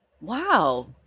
Wow